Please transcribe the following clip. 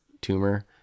tumor